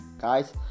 guys